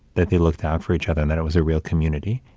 that they looked out for each other and that it was a real community.